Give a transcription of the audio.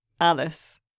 Alice